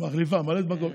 מחליפה, ממלאת מקום.